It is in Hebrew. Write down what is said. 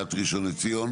עיריית ראשון לציון?